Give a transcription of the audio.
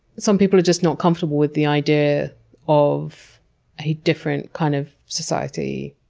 some people are just not comfortable with the idea of a different kind of society.